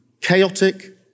chaotic